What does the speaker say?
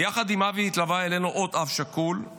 ביחד עם אבי התלווה אלינו עוד אב שכול,